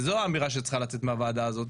זו האמירה שצריכה לצאת מהוועדה הזאת